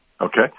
Okay